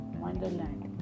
wonderland